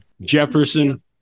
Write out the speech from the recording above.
Jefferson